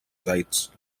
sites